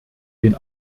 den